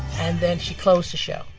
and then she closed the show.